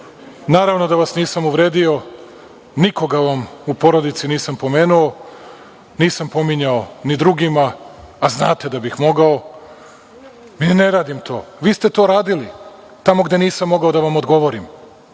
Naravno da vas nisam uvredio, nikoga vam u porodici nisam pominjao, nisam pominjao ni drugima, a znate da bih mogao, ne radim to. Vi ste to radili tamo gde nisam mogao da vam odgovorim,